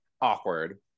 awkward